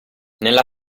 nella